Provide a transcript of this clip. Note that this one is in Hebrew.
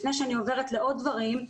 לפני שאני עוברת לעוד דברים,